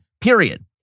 period